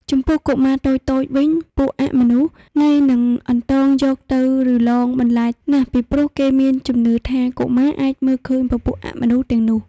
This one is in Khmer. ចំពោះកុមារតូចៗវិញពួកអមនុស្សងាយនឹងអន្ទងយកទៅឬលងបន្លាចណាស់ពីព្រោះគេមានជំនឿថាកុមារអាចមើលឃើញពពួកអមនុស្សទាំងនោះ